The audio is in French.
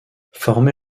formé